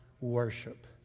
worship